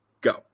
Go